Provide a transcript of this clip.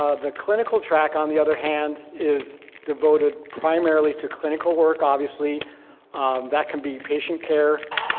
ah the clinical track on the other hand is devoted primarily to clinical work. obviously that can be patient care,